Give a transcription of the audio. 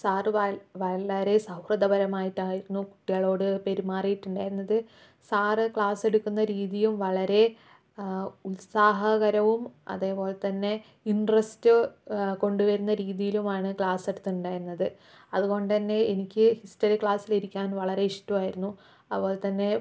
sir വ വളരെ സൗഹൃദപരമായിട്ട് ആയിരുന്നു കുട്ടികളോട് പെരുമാറിയിട്ടുണ്ടായിരുന്നത് സാറ് ക്ലാസ്സെടുക്കുന്ന രീതിയും വളരെ ഉത്സാഹകരവും അതേപോലെ തന്നെ ഇൻട്രസ്റ്റ് കൊണ്ടു വരുന്ന രീതിയിലുമാണ് ക്ലാസ്സ് എടുത്തുണ്ടായിരുന്നത് അതുകൊണ്ട് തന്നെ എനിക്ക് ഹിസ്റ്ററി ക്ലാസിൽ ഇരിക്കാൻ വളരെ ഇഷ്ടമായിരുന്നു അതുപോലെ തന്നെ